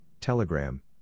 Telegram